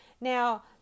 now